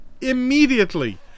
immediately